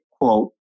quote